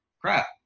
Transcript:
Crap